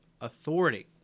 authority